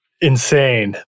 insane